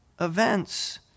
events